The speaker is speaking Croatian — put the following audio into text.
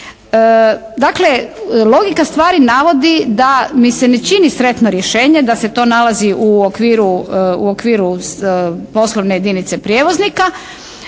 logika stvari navodi da mi se ne čini sretno rješenje da se to nalazi u okviru poslovne jedinice prijevoznika.